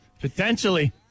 potentially